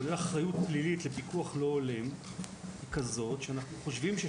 כולל אחריות פלילית לפיקוח לא הולם היא כזאת שלדעתנו,